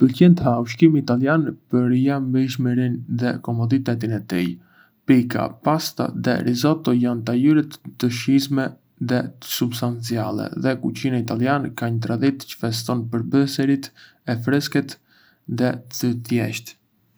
Më pëlqen të ha ushqim italian për larmishmërinë dhe komoditetin e tij. Pica, pasta dhe risotto janë tajuret të shijshme dhe të substanciale, dhe kuzhina italiane ka një traditë çë feston përbërësit e freskët dhe të thjeshtë.